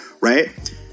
right